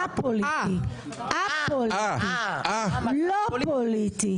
א-פוליטי, א-פוליטי, לא פוליטי.